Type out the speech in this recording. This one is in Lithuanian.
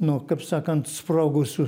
nu kaip sakant sprogusių